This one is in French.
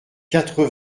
quatre